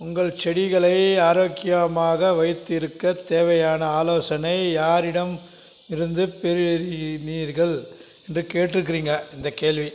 உங்கள் செடிகளை ஆரோக்கியமாக வைத்திருக்க தேவையான ஆலோசனை யாரிடம் இருந்து பெறுகுறீர்கள் என்று கேட்டுருக்கிறிங்க இந்த கேள்வி